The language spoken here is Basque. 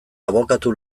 abokatu